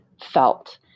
felt